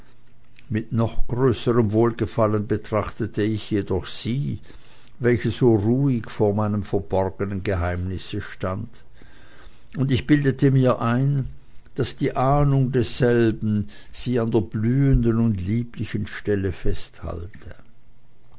mit noch größerm wohlgefallen betrachtete ich jedoch sie welche so ruhig vor meinem verborgenen geheimnisse stand und ich bildete mir ein daß die ahnung desselben sie an der blühenden und lieblichen stelle festhalte